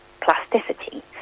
plasticity